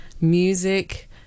Music